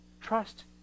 Trust